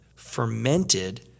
fermented